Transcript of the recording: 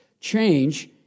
change